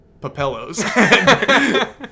Papellos